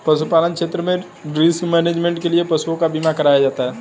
पशुपालन क्षेत्र में रिस्क मैनेजमेंट के लिए पशुओं का बीमा कराया जाता है